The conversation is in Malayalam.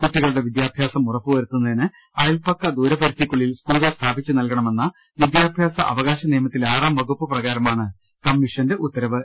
കുട്ടിക ളുടെ വിദ്യാഭ്യാസം ഉറപ്പുവരുത്തുന്നതിന് അയൽപക്ക ദൂരപരിധി ക്കുള്ളിൽ സ്കൂളുകൾ സ്ഥാപിച്ചു നൽകണമെന്ന വിദ്യാഭ്യാസ അവ കാശ നിയമത്തിലെ ആറാം വകുപ്പ് പ്രകാരമാണ് കമ്മീഷന്റെ ഉത്ത രവ്